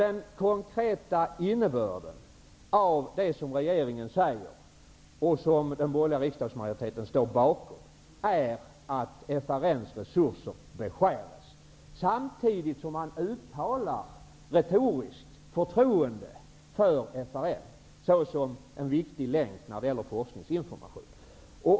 Den konkreta innebörden av det som regeringen säger, vilket den borgerliga riksdagsmajoriteten står bakom, är att FRN:s resurser beskärs. Samtidigt uttalar man retoriskt förtroende för FRN såsom en viktig länk när det gäller forskningsinformation.